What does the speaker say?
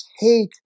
take